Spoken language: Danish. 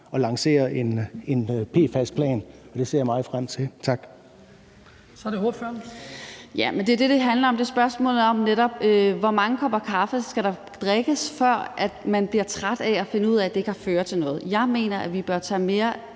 og lancere en PFAS-plan, og det ser jeg meget frem til. Tak.